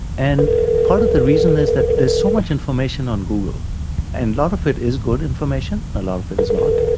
and part of the reason is that there is so much information on google and a lot of it is good information and a lot of it is not.